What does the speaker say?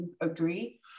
agree